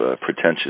pretentious